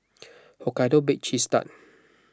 Hokkaido Baked Cheese Tart